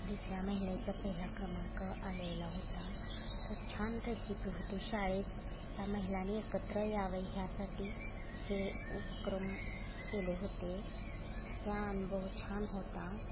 दुसऱ्या महिलेचा पहिला क्रमांक आलेला होता तर छान रेसिपी होती शाळेत या महिलाने एकत्र यावं ह्यासाठी हे उपक्रम केले होते या अनुभव छान होता